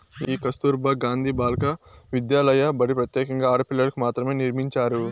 ఈ కస్తుర్బా గాంధీ బాలికా విద్యాలయ బడి ప్రత్యేకంగా ఆడపిల్లలకు మాత్రమే నిర్మించారు